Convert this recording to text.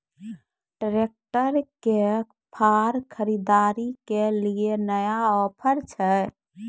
Tractor के फार खरीदारी के लिए नया ऑफर छ?